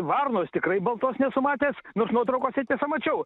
varnos tikrai baltos nesu matęs nors nuotraukose tiesa mačiau